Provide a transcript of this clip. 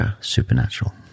supernatural